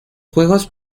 juegos